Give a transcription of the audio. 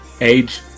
age